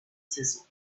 sizzling